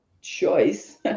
choice